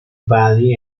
valley